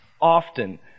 Often